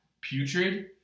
putrid